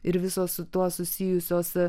ir visos su tuo susijusios